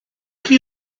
chi